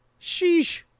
Sheesh